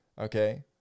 Okay